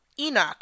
Enoch